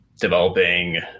developing